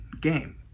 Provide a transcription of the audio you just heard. game